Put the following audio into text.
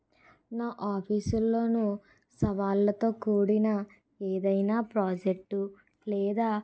నా ఆఫీస్ లోనూ సవాళ్లతో కూడిన ఏదైనా ప్రాజెక్టు లేదా